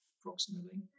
approximately